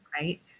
Right